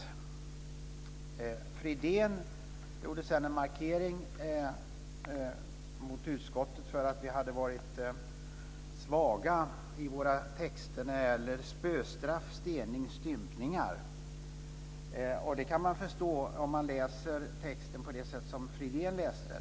Lennart Fridén gjorde en markering mot utskottet för att vi hade varit svaga i våra texter när det gäller spöstraff, stening och stympningar. Det kan man förstå om man läser texten på det sätt som Fridén gjorde.